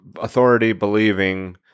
authority-believing